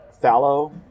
fallow